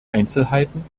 einzelheiten